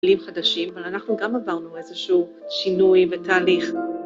כלים חדשים, אבל אנחנו גם עברנו איזשהו שינוי ותהליך.